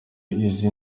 izi